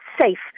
safe